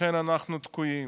לכן אנחנו תקועים.